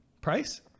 price